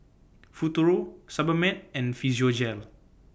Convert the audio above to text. Futuro Sebamed and Physiogel